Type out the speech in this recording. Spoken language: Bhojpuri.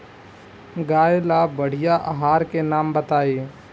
गाय ला बढ़िया आहार के नाम बताई?